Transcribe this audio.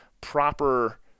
proper